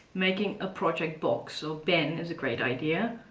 making a project box, or bin, is a great idea,